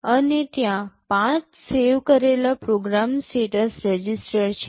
અને ત્યાં ૫ સેવ કરેલા પ્રોગ્રામ સ્ટેટસ રજિસ્ટર છે